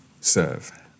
serve